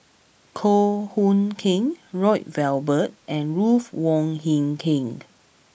Goh Hood Keng Lloyd Valberg and Ruth Wong Hie King